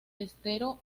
estero